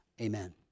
Amen